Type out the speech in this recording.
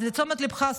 אז לתשומת ליבך,